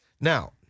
Now